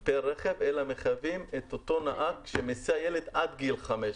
את זה פר רכב אלא מחייבים את אותו נהג שמסיע ילד עד גיל חמש.